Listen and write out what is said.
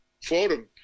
Forum